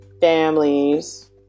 families